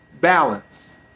Balance